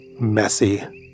messy